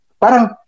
parang